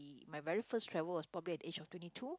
my very first travel was probably at age of twenty two